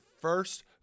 first